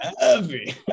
heavy